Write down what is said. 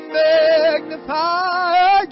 magnify